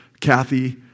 Kathy